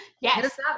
Yes